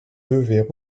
devez